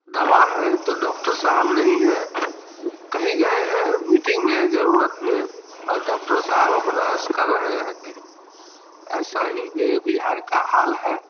दवा हैं तो डॉक्टर साहब नहीं है कहीं गए हैं मीटिंग में जरूरत में और डॉक्टर साहब अपना ऐश कर रहे हैं कहीं ऐसा ही मेरे बिहार का हाल है